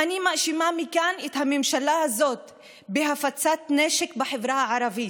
אני מאשימה מכאן את הממשלה הזאת בהפצת נשק בחברה הערבית,